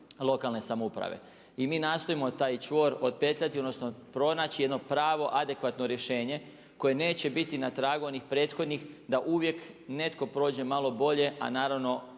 lokalne samouprave. I mi nastojimo taj čvor otpetljati odnosno pronaći jedno pravo adekvatno rješenje koje neće biti na tragu onih prethodnih da uvijek netko prođe malo bolje, a naravno